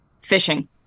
fishing